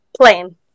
Plane